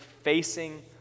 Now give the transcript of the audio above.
Facing